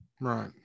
Right